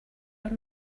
were